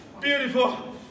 beautiful